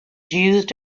used